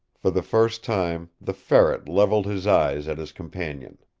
for the first time the ferret leveled his eyes at his companion.